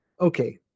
okay